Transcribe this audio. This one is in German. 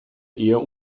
eher